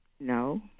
No